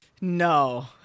No